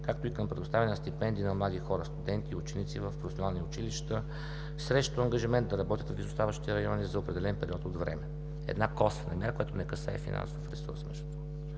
както и към предоставяне на стипендии на млади хора – студенти и ученици в професионални училища, срещу ангажимент да работят в изоставащите райони за определен период от време. Една косвена мярка, която не касае финансов ресурс. Предвижда